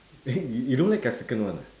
you don't like capsicum [one] ah